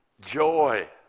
joy